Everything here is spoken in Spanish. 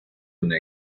una